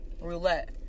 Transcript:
Roulette